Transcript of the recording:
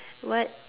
what